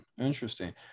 Interesting